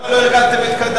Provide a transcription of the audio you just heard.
למה לא ארגנתם את קדאפי?